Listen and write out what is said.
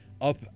up